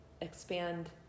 expand